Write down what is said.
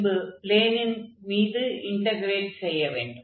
பின்பு ப்ளேனின் மீது இன்டக்ரேட் செய்ய வேண்டும்